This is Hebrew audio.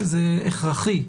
זה הכרחי.